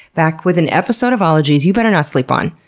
back with an episode of ologies you better not sleep on.